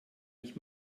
ich